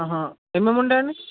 ఏమేమి ఉంటాయండి